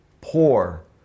poor